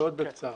מאוד בקצרה.